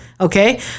Okay